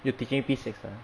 you taking P six ah